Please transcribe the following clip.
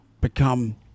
become